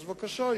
אז בבקשה,